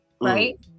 right